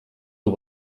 dur